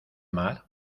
mar